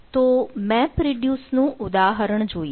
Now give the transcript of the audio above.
તો MapReduce નું ઉદાહરણ જોઇએ